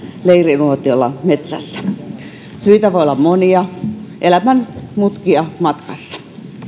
leirinuotiolla metsässä syitä voi olla monia elämän mutkia matkassa